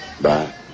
bye